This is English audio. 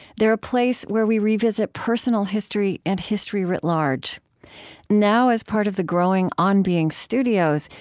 they're a place where we revisit personal history and history writ large now, as part of the growing on being studios,